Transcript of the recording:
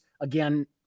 Again